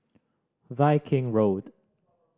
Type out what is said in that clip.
Viking Road